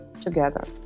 together